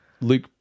luke